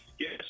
Yes